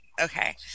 Okay